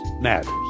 matters